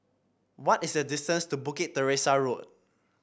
what is the distance to Bukit Teresa Road